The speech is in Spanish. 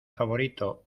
favorito